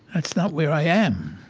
that's not where i am.